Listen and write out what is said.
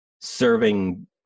serving